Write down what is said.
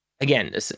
again